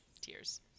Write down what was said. Tears